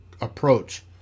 approach